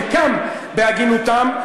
בפעם הראשונה.